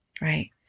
right